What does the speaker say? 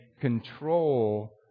control